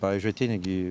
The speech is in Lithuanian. pavyzdžiui ateini gi